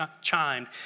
chimed